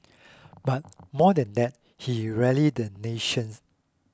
but more than that he rallied the nations